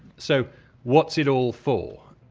so what's it all for?